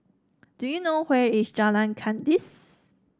do you know where is Jalan Kandis